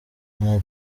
nta